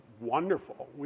wonderful